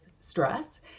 stress